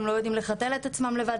הם לא יודעים לחתל את עצמם לבד,